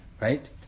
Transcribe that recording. right